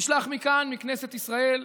נשלח מכאן, מכנסת ישראל,